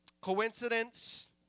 Coincidence